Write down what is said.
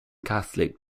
catholic